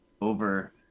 over